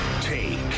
Take